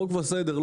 חוק וסדר,